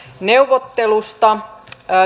neuvottelusta